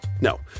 no